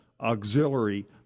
auxiliary